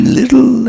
little